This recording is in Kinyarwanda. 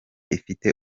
ifite